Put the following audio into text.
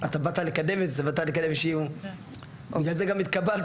האפשרות הזו להחליט שהתפקוד הוא לא ראוי כי אולי זה לא תואם